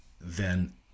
then-